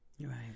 right